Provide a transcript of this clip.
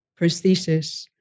prosthesis